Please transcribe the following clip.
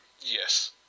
yes